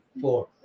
four